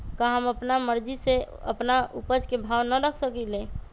का हम अपना मर्जी से अपना उपज के भाव न रख सकींले?